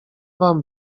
wam